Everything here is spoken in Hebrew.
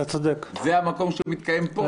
זה המקום שמתקיים בו.